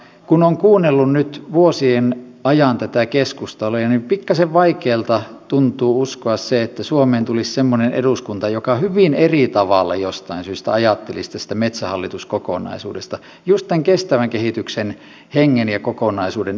kun olen kuunnellut nyt vuosien ajan tätä keskustelua niin pikkuisen vaikealta tuntuu uskoa että suomeen tulisi semmoinen eduskunta joka hyvin eri tavalla jostain syystä ajattelisi tästä metsähallitus kokonaisuudesta jostain kestävän kehityksen hengen ja kokonaisuuden